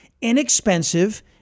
inexpensive